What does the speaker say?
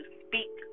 speak